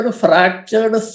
fractured